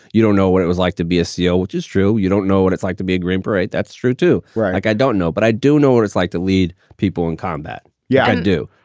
you don't know what it was like to be a ceo, which is true. you don't know what it's like to be a green beret. that's true, too, right? like i don't know. but i do know what it's like to lead people in combat. yeah, i and do.